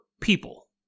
people